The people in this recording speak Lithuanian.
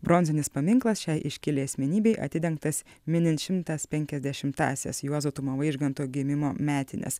bronzinis paminklas šiai iškiliai asmenybei atidengtas minint šimtas penkiasdešimtąsias juozo tumo vaižganto gimimo metines